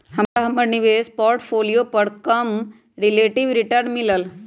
हमरा हमर निवेश पोर्टफोलियो पर कम रिलेटिव रिटर्न मिलल